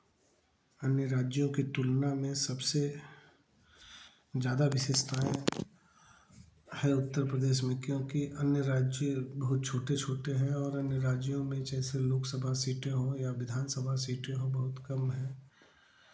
अन्य राज्यों की तुलना में सबसे ज़्यादा विशेषताएं है उत्तर प्रदेश में क्योंकि अन्य राज्य बहुत छोटे छोटे हैं और अन्य राज्यों में जैसे लोकसभा सीटें हों या विधानसभा सीटें हों बहुत कम है